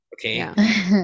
Okay